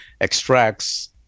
extracts